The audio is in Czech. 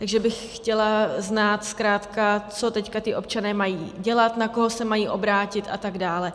Takže bych chtěla znát zkrátka, co teď ti občané mají dělat, na koho se mají obrátit atd.